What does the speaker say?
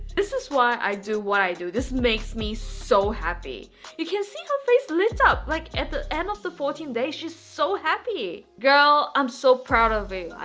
this is why i do what i do this makes me so happy you can see how face lifts up like at the end of the fourteen day. she's so happy girl i'm so proud of it.